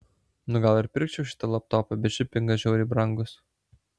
nu gal ir pirkčiau šitą laptopą bet šipingas žiauriai brangus